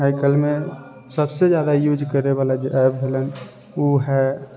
आइकाल्हिमे सबसँ ज्यादा यूज करैवला जे ऐप भेलन ओ हइ